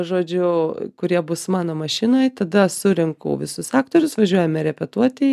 žodžiu kurie bus mano mašinoj tada surinku visus aktorius važiuojame repetuoti